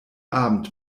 abend